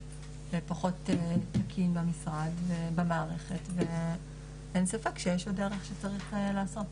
ופחות --- במשרד ובמערכת ואין ספק שיש עוד דרך שצריך לעשות.